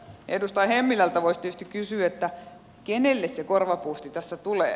edustaja hemmilältä voisi tietysti kysyä kenelle se korvapuusti tässä tulee